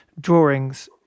drawings